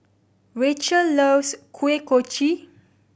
Rachel loves Kuih Kochi